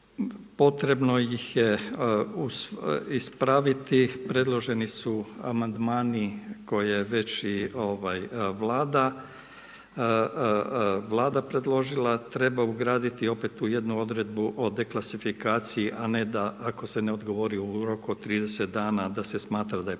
potrebno ih je ispraviti, predloženi su amandmani koje je već i Vlada predložila. Treba ugraditi opet tu jednu odredbu o deklasifikaciji a ne da ako se ne odgovoru u roku od 30 dana da se smatra da je